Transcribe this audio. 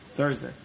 Thursday